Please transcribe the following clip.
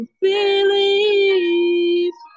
believe